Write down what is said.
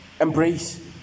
embrace